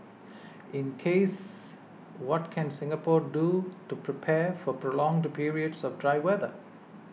in case what can Singapore do to prepare for prolonged periods of dry weather